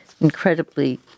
incredibly